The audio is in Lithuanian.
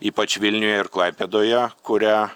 ypač vilniuje ir klaipėdoje kurią